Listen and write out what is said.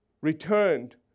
returned